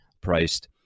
priced